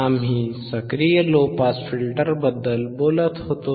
आम्ही सक्रिय low pass फिल्टरबद्दल बोलत होतो